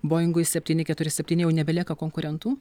boingui septyni keturi septyni jau nebelieka konkurentų